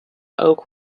oak